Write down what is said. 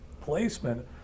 placement